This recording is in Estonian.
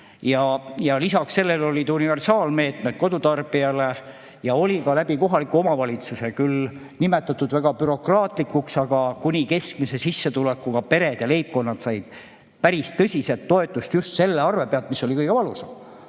Lisaks sellele olid universaalmeetmed kodutarbijale ja ka kohaliku omavalitsuse kaudu. Neid on küll nimetatud väga bürokraatlikuks, aga kuni keskmise sissetulekuga pered, leibkonnad said päris tõsiselt toetust just selle arve [maksmisel], mis oli kõige valusam.